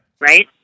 Right